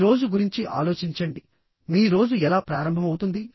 మీ రోజు గురించి ఆలోచించండి మీ రోజు ఎలా ప్రారంభమవుతుంది